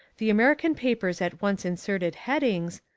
the american papers at once inserted headings,